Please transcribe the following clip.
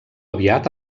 aviat